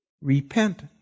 Repent